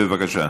בבקשה.